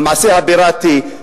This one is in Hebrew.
המעשה הפיראטי,